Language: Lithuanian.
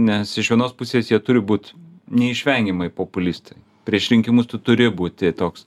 nes iš vienos pusės jie turi būt neišvengiamai populistai prieš rinkimus tu turi būti toks